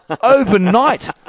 overnight